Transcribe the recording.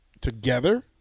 together